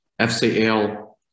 FCL